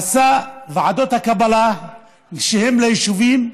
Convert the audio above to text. עשה ועדות קבלה ליישובים,